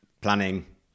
planning